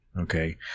Okay